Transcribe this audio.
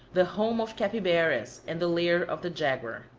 the home of capybaras and the lair of the jaguar.